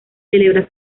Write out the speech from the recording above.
celebra